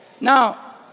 Now